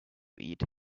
eat